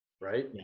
right